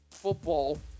Football